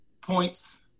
points